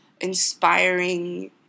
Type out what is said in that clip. inspiring